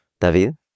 David